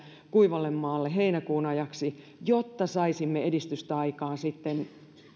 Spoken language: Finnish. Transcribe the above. kuivalle maalle heinäkuun ajaksi jotta saisimme edistystä aikaan